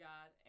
God